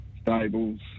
stables